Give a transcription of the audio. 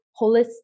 holistic